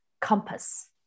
compass